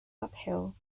uphill